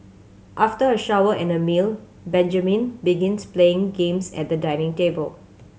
after a shower and a meal Benjamin begins playing games at the dining table